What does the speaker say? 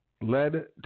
Led